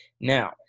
Now